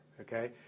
okay